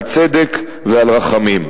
על צדק ועל רחמים.